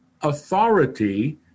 authority